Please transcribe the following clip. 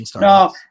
No